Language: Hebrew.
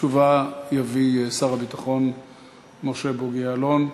תשובה יביא שר הביטחון משה בוגי יעלון.